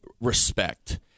respect